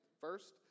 First